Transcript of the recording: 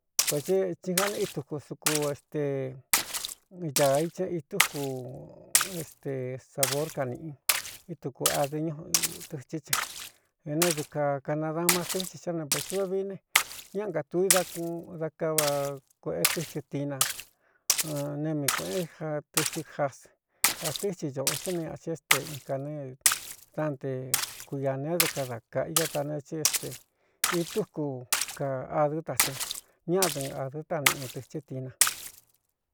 Vētitin ja neꞌí tuku suku ste dāā ica itúku este sabor ka nīꞌi ítuku adɨ ñú tɨchɨ́ ce de ne duka kanadama tɨ́chɨ xá ne vēchu vo vií ne ñá nkātuu i dá kuꞌun dá kava kuēꞌe tɨ́chɨ tina ne mii kuēꞌen ja tɨchɨ jas a tɨ́thɨ ñōꞌo chɨn ne ñāꞌchin éste in kāne dánte kuiāneédɨ kada kaꞌa io da neé chɨ éste itúku ka adɨ́ ta ce ñádɨꞌɨn ādɨ́ ta niꞌi tɨchɨ́ tina.